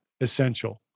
essential